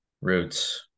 roots